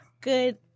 good